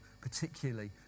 particularly